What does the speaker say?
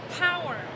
power